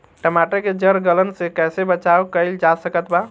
टमाटर के जड़ गलन से कैसे बचाव कइल जा सकत बा?